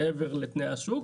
מעבר לתנאי השוק.